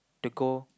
to go